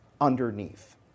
underneath